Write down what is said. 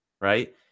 right